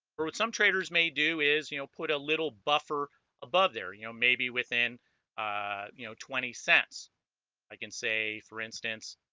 but some traders may do is you know put a little buffer above there you know maybe within ah you know twenty cents i can say for instance